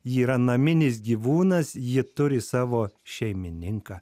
ji yra naminis gyvūnas ji turi savo šeimininką